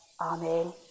Amen